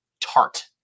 tart